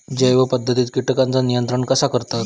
जैव पध्दतीत किटकांचा नियंत्रण कसा करतत?